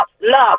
Love